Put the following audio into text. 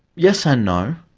yes and no.